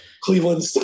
cleveland